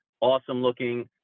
awesome-looking